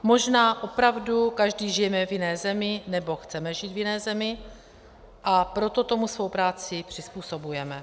Možná opravdu každý žijeme v jiné zemi, nebo chceme žít v jiné zemi, a proto tomu svou práci přizpůsobujeme.